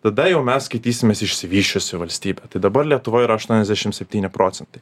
tada jau mes skaitysimės išsivysčiusi valstybė tai dabar lietuvoj yra aštuoniasdešim septyni procentai